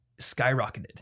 skyrocketed